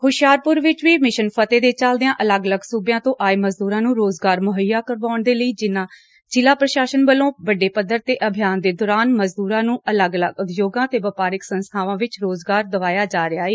ਹੁਸ਼ਿਆਰਪੁਰ ਵਿਚ ਵੀ ਮਿਸ਼ਨ ਫਤਿਹ ਦੇ ਚਲਦਿਆਂ ਅਲੱਗ ਅਲੱਗ ਸੂਬਿਆਂ ਤੋਂ ਆਏ ਮਜਦੂਰਾਂ ਨੂੰ ਰੋਜਗਰ ਮੁਹੱਈਆ ਕਰਵਾਉਣ ਲਈ ਜਿਲ੍ਹਾ ਪ੍ਰਸ਼ਾਸਨ ਵਲੋਂ ਵੱਡੇ ਪੱਧਰ ਤੇ ਅਭਿਆਨ ਦੇ ਦੌਰਾਨ ਮਜਦੂਰਾਂ ਨੂੰ ਅਲੱਗ ਅਲੱਗ ਤੇ ਵਪਾਰਕ ਸੰਸਬਾਵਾਂ ਵਿਚ ਰੋਜਗਾਰ ਦਵਾਇਆ ਜਾ ਰਿਹਾ ਏ